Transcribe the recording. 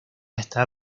está